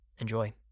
Enjoy